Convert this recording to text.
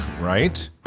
right